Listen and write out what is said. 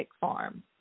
Farm